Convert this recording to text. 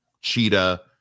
Cheetah